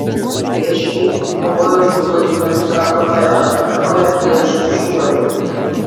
priešingai pavojus gludi nenusakomoje akimirkoje prieš šuoli